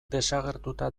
desagertuta